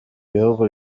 bihugu